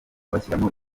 bashyiramo